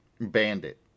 Bandit